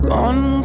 Gone